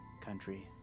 country